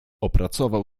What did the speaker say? opracował